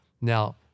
Now